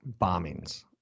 bombings